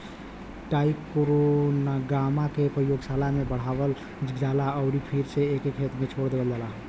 trichogramma के प्रयोगशाला में बढ़ावल जाला अउरी फिर एके खेत में छोड़ देहल जाला